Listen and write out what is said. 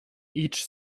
each